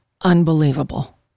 Unbelievable